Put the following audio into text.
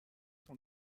sont